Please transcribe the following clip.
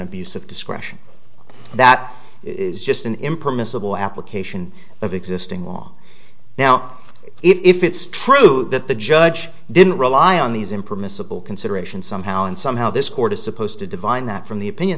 of discretion that is just an impermissible application of existing law now if it's true that the judge didn't rely on these impermissible considerations somehow and somehow this court is supposed to divine that from the opinion